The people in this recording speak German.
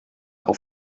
auf